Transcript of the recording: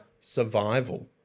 survival